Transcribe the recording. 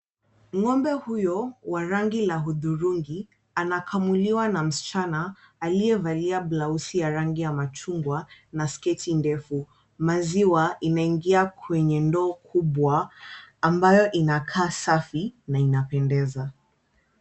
Ng'ombe huyo wa rangi la hudhurungi anakamuliwa na msichana aliyevalia blauzi ya rangi ya machungwa na sketi ndefu. Maziwa inaingia kwenye ndoo kubwa ambayo inakaa safi na inapendeza.